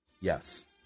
Yes